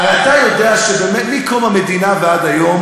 הרי אתה יודע שבאמת מקום המדינה ועד היום